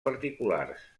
particulars